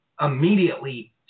immediately